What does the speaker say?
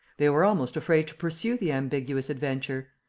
they were almost afraid to pursue the ambiguous adventure.